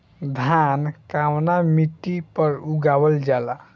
धान कवना मिट्टी पर उगावल जाला?